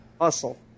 hustle